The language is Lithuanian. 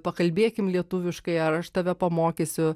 pakalbėkim lietuviškai ar aš tave pamokysiu